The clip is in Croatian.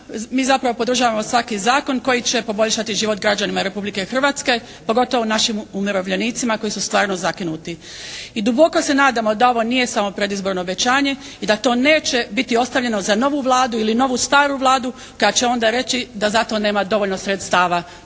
Mi zapravo podržavamo svaki zakon koji će poboljšati život građanima Republike Hrvatske, pogotovo našim umirovljenicima koji su stvarno zakinuti. I duboko se nadamo da ovo nije samo predizborno obećanje i da to neće biti ostavljeno za novu Vladu, ili za novu staru Vladu koja će onda reći da za to nema dovoljno sredstava.